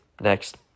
Next